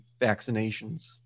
vaccinations